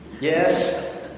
yes